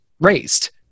raised